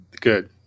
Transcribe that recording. Good